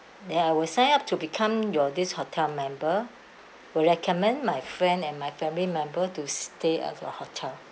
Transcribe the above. then I will sign up to become your this hotel member will recommend my friend and my family member to stay at your hotel